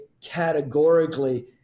categorically